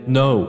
no